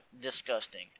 disgusting